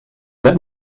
that